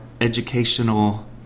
educational